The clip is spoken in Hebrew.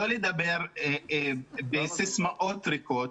לא לדבר בסיסמאות ריקות.